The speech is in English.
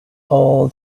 all